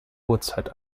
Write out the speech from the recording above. uhrzeit